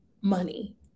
money